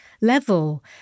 level